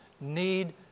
need